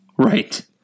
Right